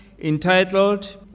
entitled